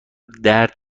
درد